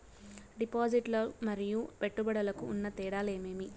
డిపాజిట్లు లు మరియు పెట్టుబడులకు ఉన్న తేడాలు ఏమేమీ?